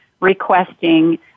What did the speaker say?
requesting